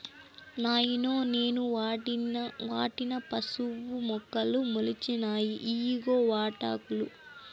నాయనో నేను నాటిన పసుపు మొక్కలు మొలిచినాయి ఇయ్యిగో వాటాకులు